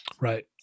Right